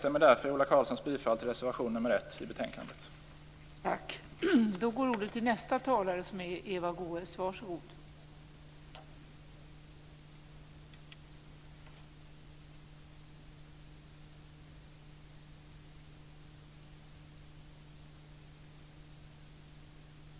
Mot denna bakgrund instämmer jag i